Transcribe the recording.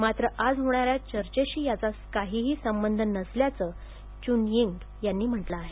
मात्र आज होणा या चर्चेशी याचा काहीही संबध नसल्याचं च्रनयिंग यांनी म्हटलं आहे